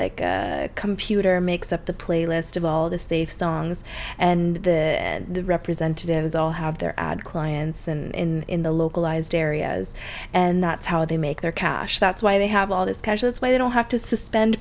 like a computer makes up the playlist of all the safe songs and the representatives all have their ad clients in the localized areas and that's how they make their cash that's why they have all this cash that's why they don't have to suspend